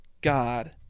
God